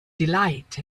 delight